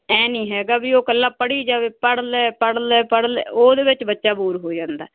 ਐ ਨਹੀਂ ਹੈਗਾ ਵੀ ਉਹ ਇਕੱਲਾ ਪੜ੍ਹੀ ਜਾਵੇ ਪੜ ਲੈ ਪੜ ਲੈ ਪੜ ਲੈ ਉਹਦੇ ਵਿੱਚ ਬੱਚਾ ਬੋਰ ਹੋ ਜਾਂਦਾ